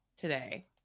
today